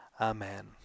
Amen